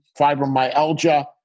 fibromyalgia